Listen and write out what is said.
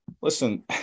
listen